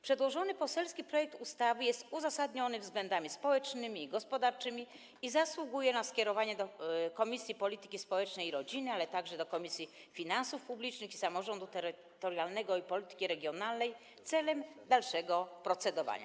Przedłożony poselski projekt ustawy jest uzasadniony względami społecznymi i gospodarczymi i zasługuje na skierowanie do Komisji Polityki Społecznej i Rodziny, a także do Komisji Finansów Publicznych oraz Komisji Samorządu Terytorialnego i Polityki Regionalnej celem dalszego procedowania.